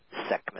segment